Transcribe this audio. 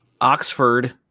Oxford